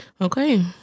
Okay